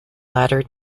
latter